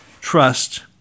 trust